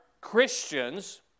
Christians